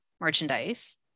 merchandise